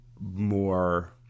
more